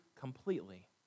completely